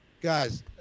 guys